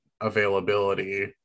availability